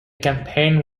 campaign